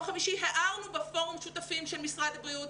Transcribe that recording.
חמישי הערנו בפורום שותפים של משרד בריאות,